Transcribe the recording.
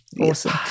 Awesome